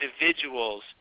individuals